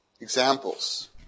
examples